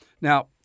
Now